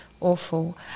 Awful